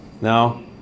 Now